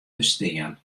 ferstean